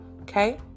Okay